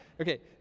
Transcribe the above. Okay